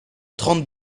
trente